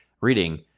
reading